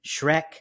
Shrek